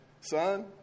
son